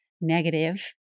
negative